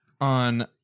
on